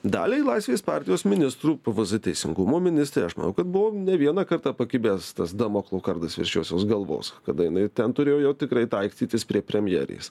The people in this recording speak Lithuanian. daliai laisvės partijos ministrų pvz teisingumo ministrei aš manau kad buvo ne vieną kartą pakibęs tas damoklo kardas virš josios galvos kada jinai ten turėjo jau tikrai taikstytis prie premjerės